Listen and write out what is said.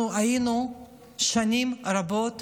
אנחנו היינו שנים רבות